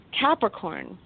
Capricorn